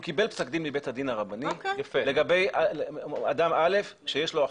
הוא קיבל פסק דין מבית הדין הרבני לגבי אדם א' שיש לו אחות.